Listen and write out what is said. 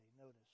Notice